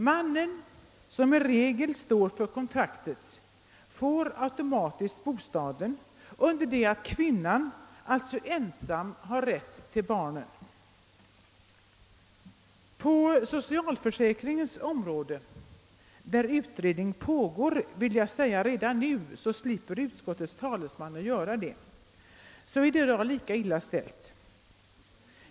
Mannen, som i regel står för kontraktet, får automatiskt bostaden under det att kvinnan ensam har rätt till barnen. På socialförsäkringens område, där utredning pågår — jag vill säga det redan nu så att utskottets talesman slipper göra det — är det lika illa ställt.